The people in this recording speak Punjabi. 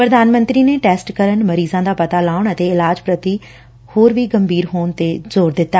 ਪ੍ਧਾਨ ਮੰਤਰੀ ਨੇ ਟੈਸਟ ਕਰਨ ਮਰੀਜ਼ਾਂ ਦਾ ਪਤਾ ਲਾਉਣ ਅਤੇ ਇਲਾਜ ਕਰਨ ਪ੍ਤੀ ਗੰਭੀਰ ਹੋਣ ਤੇ ਵੀ ਜ਼ੋਰ ਦਿੱਤਾ